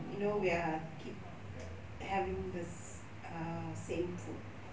you know we are keep having this um same food